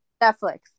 Netflix